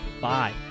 Bye